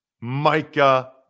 Micah